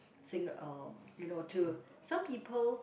saying uh you know to some people